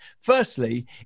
firstly